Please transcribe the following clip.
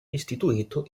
istituito